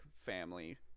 family